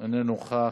אינו נוכח.